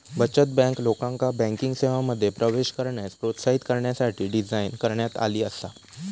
बचत बँक, लोकांका बँकिंग सेवांमध्ये प्रवेश करण्यास प्रोत्साहित करण्यासाठी डिझाइन करण्यात आली आसा